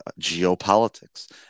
geopolitics